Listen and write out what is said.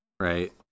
Right